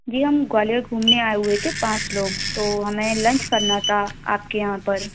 जी हम ग्वालियर घूमने आए हुए थे पाँच लोग तो हमें लंच करना था आपके यहाँ पर